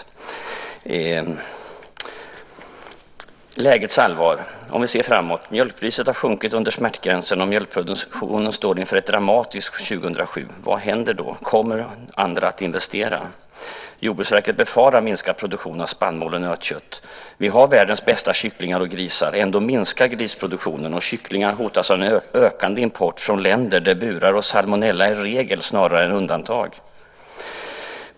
När det gäller lägets allvar kan jag, om vi ser framåt, säga följande. Mjölkpriset har sjunkit till under smärtgränsen, och mjölkproduktionen står inför ett dramatiskt 2007. Vad händer då? Kommer andra att investera? Jordbruksverket befarar en minskad produktion av spannmål och nötkött. Vi har världens bästa kycklingar och grisar. Ändå minskar grisproduktionen, och kycklingarna hotas av en ökande import från länder där burar och salmonella är regel snarare än undantag.